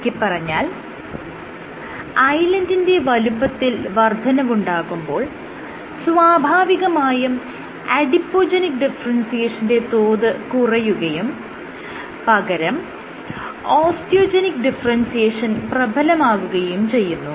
ചുരുക്കിപ്പറഞ്ഞാൽ ഐലൻഡിന്റെ വലുപ്പത്തിൽ വർദ്ധനവുണ്ടാകുമ്പോൾ സ്വാഭാവികമായും അഡിപോജെനിക് ഡിഫറെൻസിയേഷന്റെ തോത് കുറയുകയും പകരം ഓസ്റ്റിയോജെനിക്ക് ഡിഫറെൻസിയേഷൻ പ്രബലമാകുകയും ചെയ്യുന്നു